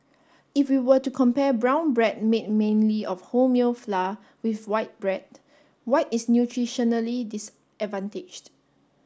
if we were to compare brown bread made mainly of wholemeal flour with white bread white is nutritionally disadvantaged